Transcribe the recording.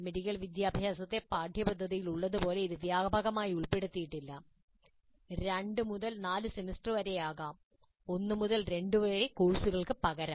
medical വിദ്യാഭ്യാസത്തെ പാഠ്യപദ്ധതിയിൽ ഉള്ളതുപോലെ ഇത് വ്യാപകമായി ഉൾപ്പെടുത്തിയിട്ടില്ല 2 മുതൽ 4 സെമസ്റ്റർ വരെയാകാം 1 മുതൽ 2 വരെ കോഴ്സുകൾക്ക് പകരം